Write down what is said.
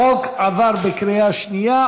החוק עבר בקריאה שנייה.